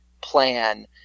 plan